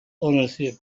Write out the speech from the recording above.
ownership